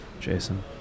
Jason